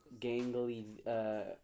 gangly